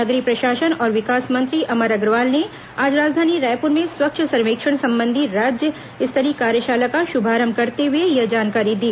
नगरीय प्रशासन और विकास मंत्री अमर अग्रवाल ने आज राजधानी रायपुर में स्वच्छ सर्वेक्षण संबंधी राज्य स्तरीय कार्यशाला का शुभारंभ करते हुए यह जानकारी दी